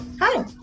Hi